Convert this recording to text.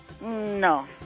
No